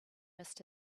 missed